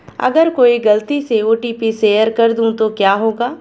अगर मैं गलती से ओ.टी.पी शेयर कर दूं तो क्या होगा?